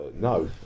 no